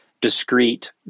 discrete